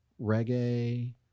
Reggae